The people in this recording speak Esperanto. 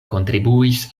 kontribuis